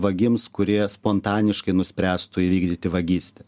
vagims kurie spontaniškai nuspręstų įvykdyti vagystę